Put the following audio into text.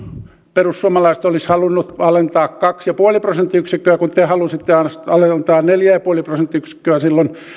perussuomalaiset olisi halunnut alentaa kaksi pilkku viisi prosenttiyksikköä kun te halusitte alentaa neljä pilkku viisi prosenttiyksikköä silloin